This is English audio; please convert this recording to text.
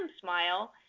smile